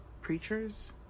preachers